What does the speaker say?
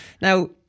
Now